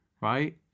right